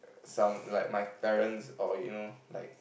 some like my parents or you know like